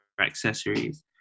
accessories